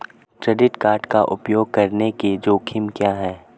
Credit card का उपयोग करने के जोखिम क्या हैं?